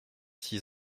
six